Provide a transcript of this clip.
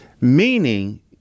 meaning